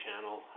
channel